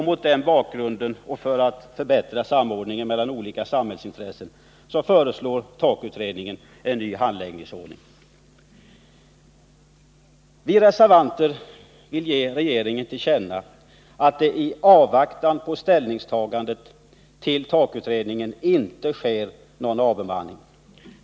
Mot denna bakgrund och för att förbättra samordningen mellan olika samhällsintressen föreslår TAK-utredningen en ny handläggningsordning.” Vi reservanter vill ge regeringen till känna att det i avvaktan på ställningstagandet till TAK-utredningen inte bör ske någon avbemanning.